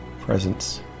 presence